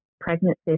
pregnancy